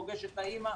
פוגש את האימא.